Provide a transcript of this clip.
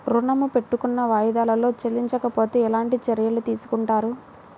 ఋణము పెట్టుకున్న వాయిదాలలో చెల్లించకపోతే ఎలాంటి చర్యలు తీసుకుంటారు?